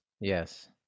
Yes